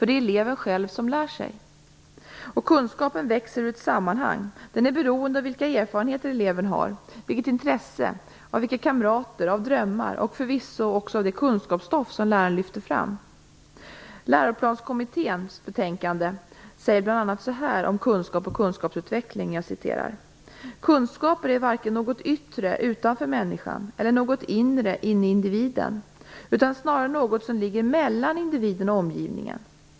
Det är eleven själv som lär sig. Och kunskapen växer ur ett sammanhang. Den är beroende av vilka erfarenheter och vilket intresse eleven har, av kamrater, av drömmar - och förvisso av det kunskapsstoff som läraren lyfter fram. I Läroplanskommitténs betänkande säger man bl.a. så här om kunskap och kunskapsutveckling: "Kunskaper är varken något yttre, utanför människan, eller något inre, inne i individen, utan snarare något som ligger mellan individen och omgivningen.